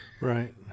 Right